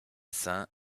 saint